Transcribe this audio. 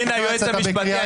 והינה היועץ המשפטי.